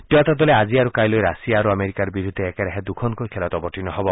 দুয়োটা দলে আজি আৰু কাইলৈ ৰাছিয়া আৰু আমেৰিকাৰ বিৰুদ্ধে একেৰাহে দুখনকৈ খেলত অৱতীৰ্ণ হ'ব